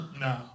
No